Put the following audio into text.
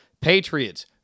Patriots